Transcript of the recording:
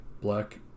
black